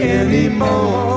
anymore